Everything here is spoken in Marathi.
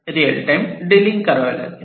रियल टाइम डीलिंग करावे लागेल